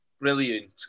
brilliant